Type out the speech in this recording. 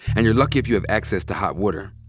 and you're lucky if you have access to hot water.